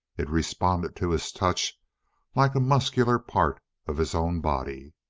it responded to his touch like a muscular part of his own body.